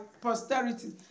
posterity